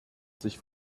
sich